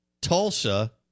Tulsa